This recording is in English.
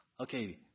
okay